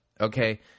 Okay